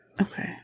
okay